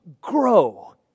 grow